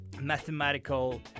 mathematical